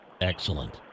Excellent